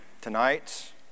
tonight